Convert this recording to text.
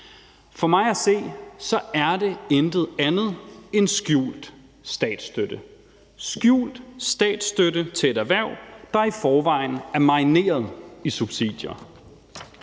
For mig at se er det intet andet end en skjult statsstøtte, en skjult statsstøtte til et erhverv, der i forvejen er marineret i subsidier.